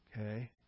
Okay